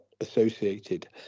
associated